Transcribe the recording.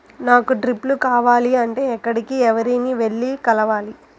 నాకు డ్రిప్లు కావాలి అంటే ఎక్కడికి, ఎవరిని వెళ్లి కలవాలి?